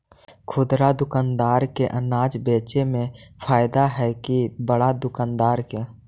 खुदरा दुकानदार के अनाज बेचे में फायदा हैं कि बड़ा दुकानदार के?